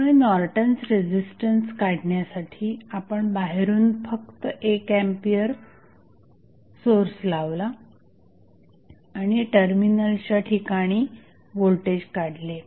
त्यामुळे Norton's resistance काढण्यासाठी आपण बाहेरून फक्त 1 एंपियर सोर्स लावला आणि टर्मिनलच्या ठिकाणी व्होल्टेज काढले